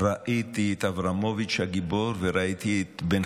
ראיתי את אברמוביץ' הגיבור וראיתי את בן